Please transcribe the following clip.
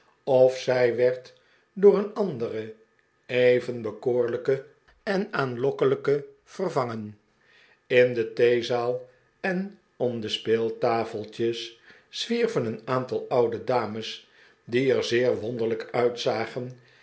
of zij werd door een andere even bekoorlijke en aanlokkelijke vervangen in de theezaal en om de speeltafeltjes zwierven een aantal oude dames die er zeer wonderlijk uitzagen